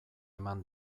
eman